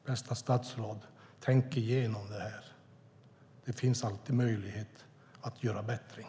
Bästa statsråd, tänk igenom detta! Det finns alltid möjlighet att göra bättring.